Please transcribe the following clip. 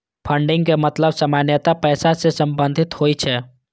funding के मतलब सामान्यतः पैसा सं संबंधित होइ छै